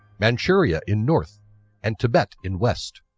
manchuria in north and tibet in west.